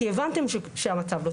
כי הבנתם שהמצב לא טוב.